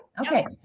Okay